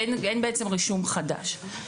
אין רישום חדש.